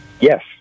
Yes